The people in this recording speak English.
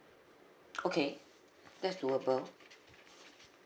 okay that's doable